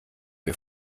wir